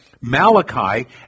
Malachi